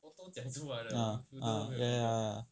ah ya ya ya